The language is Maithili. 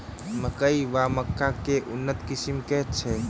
मकई वा मक्का केँ उन्नत किसिम केँ छैय?